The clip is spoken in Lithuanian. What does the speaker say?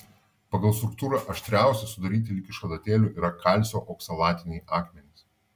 pagal struktūrą aštriausi sudaryti lyg iš adatėlių yra kalcio oksalatiniai akmenys